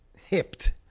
hipped